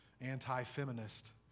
anti-feminist